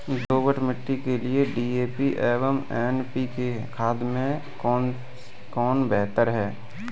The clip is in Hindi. दोमट मिट्टी के लिए डी.ए.पी एवं एन.पी.के खाद में कौन बेहतर है?